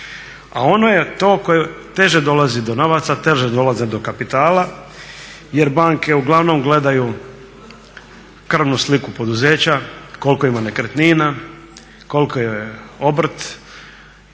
A ono je to koje teže dolazi do novaca, teže dolazi do kapitala jer banke uglavnom gledaju krvnu sliku poduzeća koliko ima nekretnina, koliko je obrt